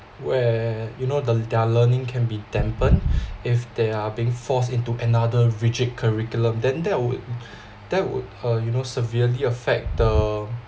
where you know the their learning can be dampened if they are being forced into another rigid curriculum then that would that would uh you know severely affect the